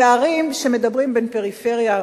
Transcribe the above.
הפערים שמדברים עליהם בין פריפריה,